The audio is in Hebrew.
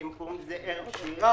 הם קוראים לזה ערבי שירה,